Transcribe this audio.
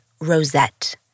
Rosette